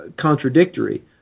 contradictory